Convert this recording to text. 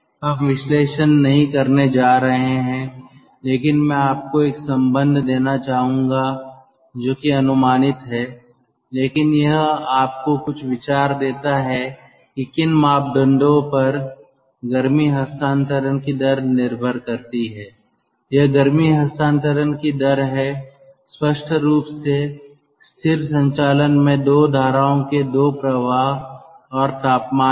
हम विश्लेषण नहीं करने जा रहे हैं लेकिन मैं आपको एक संबंध देना चाहूंगा जो की अनुमानित है लेकिन यह आपको कुछ विचार देता है कि किन मापदंडों पर गर्मी हस्तांतरण की दर निर्भर करती है यह गर्मी हस्तांतरण की दर है स्पष्ट रूप से स्थिर संचालन में 2 धाराओं के 2 प्रवाह और तापमान हैं